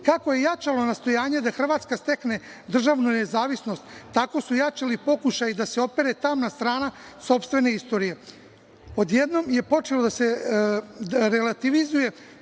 je jačalo nastojanje da Hrvatska stekne državnu nezavisnost, tako su jačali pokušaji da se opere tamna strana sopstvene istorije. Odjednom je počelo da se relativizuje